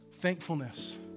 Thankfulness